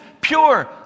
Pure